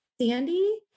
Sandy